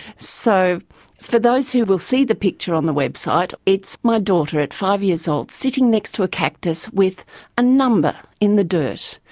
so for those who will see the picture on the website, it's my daughter at five years old sitting next to a cactus, with a number in the dirt.